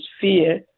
fear